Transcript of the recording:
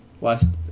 last